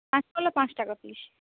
কাঁচকলা পাঁচ টাকা পিস